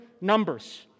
numbers